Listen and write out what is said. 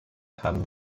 haben